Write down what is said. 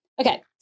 Okay